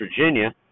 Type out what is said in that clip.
Virginia